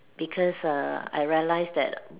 because err I realised that